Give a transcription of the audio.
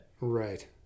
Right